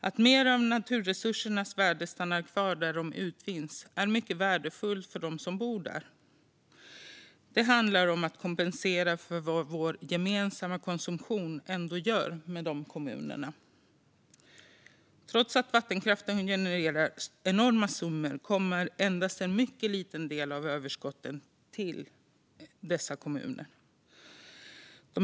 Att mer av naturresursernas värden stannar kvar där de utvinns är mycket värdefullt för dem som bor på dessa platser. Det handlar om att kompensera för vad vår gemensamma konsumtion ändå gör med de här kommunerna. Trots att vattenkraften genererar enorma summor kommer endast en mycket liten del av överskottet dessa kommuner till del.